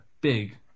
big